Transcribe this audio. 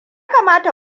kamata